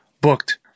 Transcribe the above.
booked